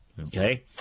Okay